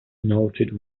noted